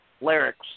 lyrics